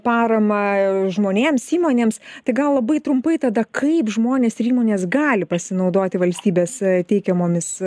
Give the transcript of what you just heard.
paramą žmonėms įmonėms tai gal labai trumpai tada kaip žmonės ir įmonės gali pasinaudoti valstybės teikiamomis